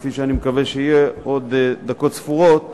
כפי שאני מקווה שיהיה בעוד דקות ספורות,